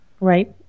Right